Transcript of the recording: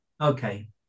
okay